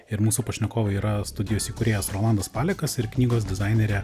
ir mūsų pašnekovai yra studijos įkūrėjas rolandas palekas ir knygos dizainerė